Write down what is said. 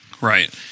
Right